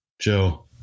Joe